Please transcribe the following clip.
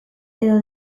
edo